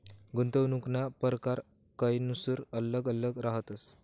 गुंतवणूकना परकार कायनुसार आल्लग आल्लग रहातस